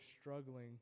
struggling